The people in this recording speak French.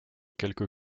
quelque